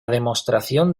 demostración